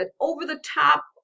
over-the-top